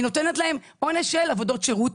היא נותנת להם עונש של עבודות שירות.